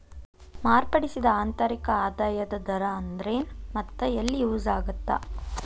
ಮಾರ್ಪಡಿಸಿದ ಆಂತರಿಕ ಆದಾಯದ ದರ ಅಂದ್ರೆನ್ ಮತ್ತ ಎಲ್ಲಿ ಯೂಸ್ ಆಗತ್ತಾ